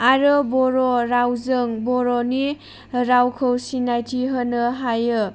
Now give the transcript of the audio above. आरो बर' रावजों बर'नि रावखौ सिनायथि होनो हायो